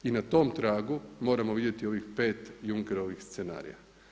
I na tom tragu moramo vidjeti ovih 5 Junckerovih scenarija.